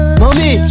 mommy